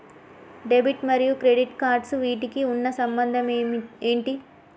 Debit మరియు credit cards వీటికి ఉన్న సంబంధం ఏంటి?